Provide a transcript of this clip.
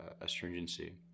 astringency